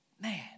Man